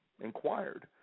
inquired